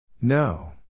No